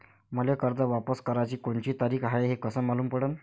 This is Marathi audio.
मले कर्ज वापस कराची कोनची तारीख हाय हे कस मालूम पडनं?